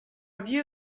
review